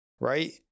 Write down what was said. Right